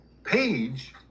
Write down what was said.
page